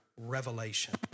revelation